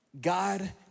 God